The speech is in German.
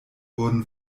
wurden